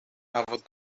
cafodd